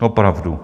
Opravdu.